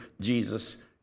Jesus